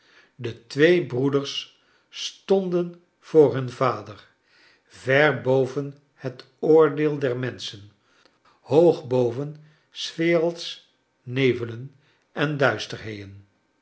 de twee broeders stonden voox hun vader ver boven het oordeel der menschen hoog boven s werelds nevelen en duisterhen